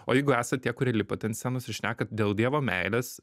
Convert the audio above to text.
o jeigu esat tie kurie lipat ant scenos ir šnekat dėl dievo meilės